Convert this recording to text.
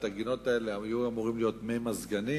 הגינות האלה היו אמורים להיות מי מזגנים.